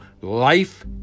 life